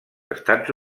estats